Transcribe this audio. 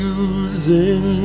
using